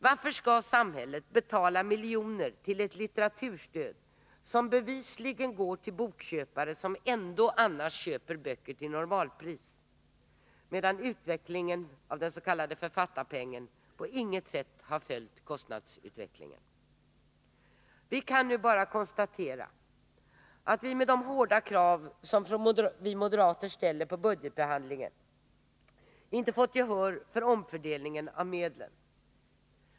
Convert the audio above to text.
Varför skall samhället betala miljoner till ett litteraturstöd som bevisligen går till bokköpare som ändå köper böcker till normalpris? — medan utvecklingen av den s.k. författarpengen på intet sätt har följt kostnadsutvecklingen. Vi kan nu bara konstatera att vi med de hårda krav som vi moderater ställer på budgetbehandlingen inte fått gehör för omfördelningen av medlen.